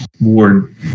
Ward